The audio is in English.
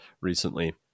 recently